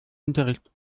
unterricht